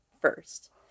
first